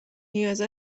نیاز